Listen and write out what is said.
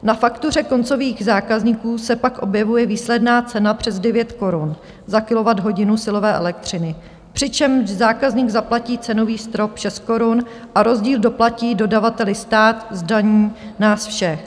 Na faktuře koncových zákazníků se pak objevuje výsledná cena přes 9 korun za kilowatthodinu silové elektřiny, přičemž zákazník zaplatí cenový strop 6 korun a rozdíl doplatí dodavateli stát z daní nás všech.